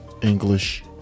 english